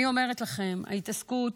אני אומרת לכם, ההתעסקות,